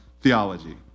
theology